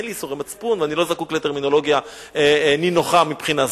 אין לי ייסורי מצפון ואני לא זקוק לטרמינולוגיה נינוחה מבחינה זאת.